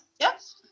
Yes